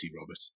Robert